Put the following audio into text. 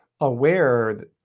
aware